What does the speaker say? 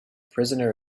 prisoner